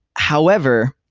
however,